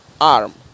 ARM